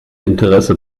interesse